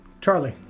Charlie